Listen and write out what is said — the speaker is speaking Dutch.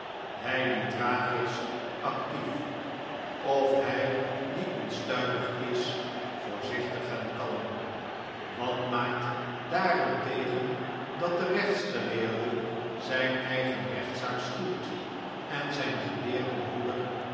hij die traag is actief of hij die onstuimig is voorzichtig en kalm wat maakt daarentegen dat de rechtsgeleerde zijn eigen rechtszaak schuwt en zijn geleerden broer